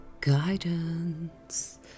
guidance